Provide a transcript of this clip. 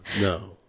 No